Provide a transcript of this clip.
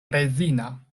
rezina